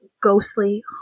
ghostly